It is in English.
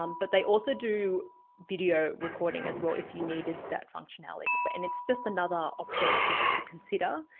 um but they also do video recording as well if you needed that functionality but and it's just another option for you to consider.